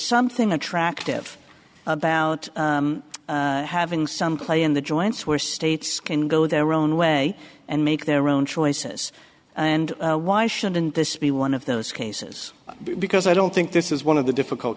something attractive about having some play in the joints where states can go their own way and make their own choices and why shouldn't this be one of those cases because i don't think this is one of the difficult